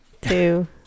two